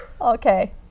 okay